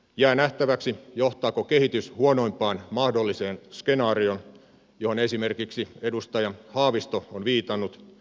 jää nähtäväksi johtaako kehitys huonoimpaan mahdolliseen skenaarioon johon esimerkiksi edustaja haavisto on viitannut